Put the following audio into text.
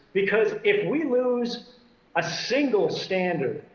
because if we lose a single standard,